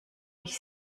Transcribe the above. ich